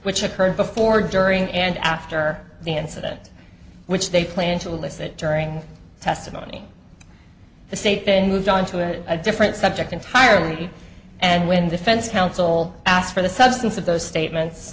which occurred before during and after the incident which they plan to elicit during testimony the state then moved on to it a different subject entirely and when defense counsel asked for the substance of those statements